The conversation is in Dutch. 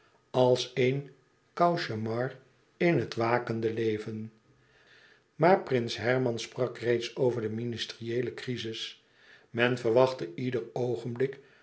als een cauchemar in het wakende leven maar prins herman sprak reeds over de ministerieele crizis men verwachtte ieder oogenblik